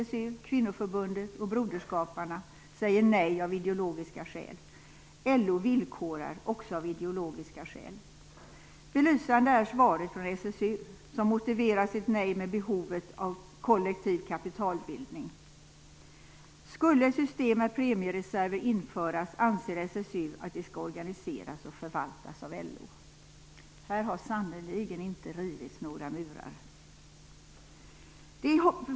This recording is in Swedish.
SSU, kvinnoförbundet och broderskaparna säger nej av ideologiska skäl. LO villkorar, också av ideologiska skäl. Belysande är svaret från SSU, som motiverar sitt nej med behovet av kollektiv kapitalbildning. Skulle ett system med premiereserver införas anser SSU att det skall organiseras och förvaltas av LO. Här har sannerligen inte rivits några murar!